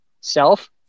self